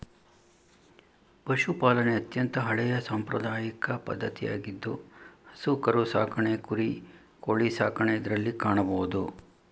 ಪಶುಪಾಲನೆ ಅತ್ಯಂತ ಹಳೆಯ ಸಾಂಪ್ರದಾಯಿಕ ಪದ್ಧತಿಯಾಗಿದ್ದು ಹಸು ಕರು ಸಾಕಣೆ ಕುರಿ, ಕೋಳಿ ಸಾಕಣೆ ಇದರಲ್ಲಿ ಕಾಣಬೋದು